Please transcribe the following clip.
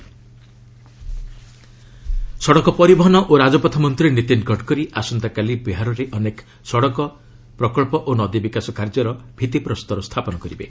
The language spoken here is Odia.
ଗଡ଼କରୀ ବିହାର ସଡ଼କ ପରିବହନ ଓ ରାଜପଥ ମନ୍ତ୍ରୀ ନୀତିନ ଗଡ଼କରୀ ଆସନ୍ତାକାଲି ବିହାରରେ ଅନେକ ସଡ଼କ ସଡ଼କ ପ୍ରକଳ୍ପ ଓ ନଦୀ ବିକାଶ କାର୍ଯ୍ୟର ଭିଭିପ୍ରସ୍ତର ସ୍ଥାପନ କରିବେ